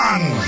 One